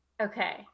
Okay